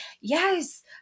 Yes